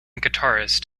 guitarist